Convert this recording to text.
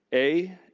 a,